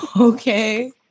Okay